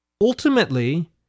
Ultimately